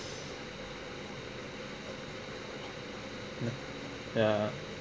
ya